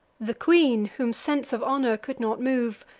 the queen, whom sense of honor could not move,